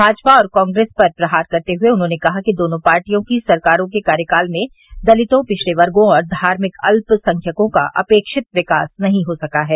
माजपा और कांग्रेस पर प्रहार करते हुए उन्होंने कहा कि दोनों पार्टियों की सरकारों के कार्यकाल में दलितों पिछड़े वर्गो और धार्मिक अल्पसंख्यकों का अपेक्षित विकास नहीं हो सका है